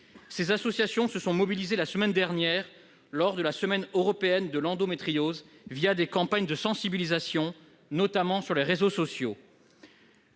ces associations se sont mobilisées lors de la semaine européenne de l'endométriose, des campagnes de sensibilisation, notamment sur les réseaux sociaux.